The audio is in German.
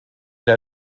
der